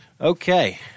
Okay